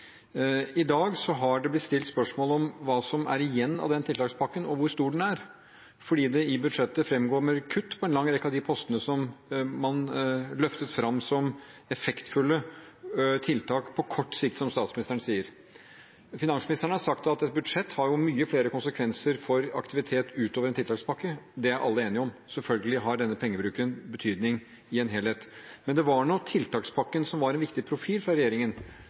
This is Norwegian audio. I dag har det blitt stilt spørsmål om hva som er igjen av den tiltakspakken, og hvor stor den er, fordi det i budsjettet fremkommer kutt på en lang rekke av de postene som man løftet fram som effektfulle tiltak på kort sikt, som statsministeren sier. Finansministeren har sagt at et budsjett har mange flere konsekvenser for aktivitet utover en tiltakspakke. Det er alle enige om, selvfølgelig har denne pengebruken betydning i en helhet, men det var nå tiltakspakken som var en viktig profil fra regjeringen.